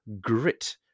grit